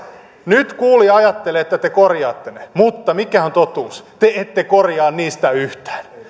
nyt kuulija ajattelee että te korjaatte ne mutta mikä on totuus te ette korjaa niistä yhtään